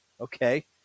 Okay